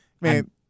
Man